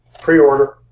Pre-order